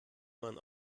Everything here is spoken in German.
man